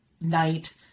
night